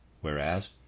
whereas